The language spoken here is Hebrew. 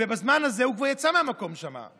ובזמן הזה הוא כבר יצא מהמקום שם.